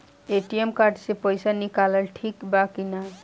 ATM card से पईसा निकालल ठीक बा की ना?